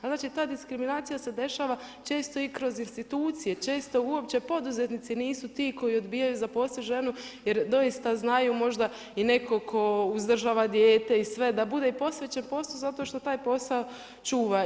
A znači ta diskriminacija se dešava često i kroz institucije, često uopće poduzetnici nisu ti koji odbijaju zaposliti ženu jer doista znaju možda i nekog tko uzdržava dijete i sve da bude posvećen poslu zato što taj posao čuva.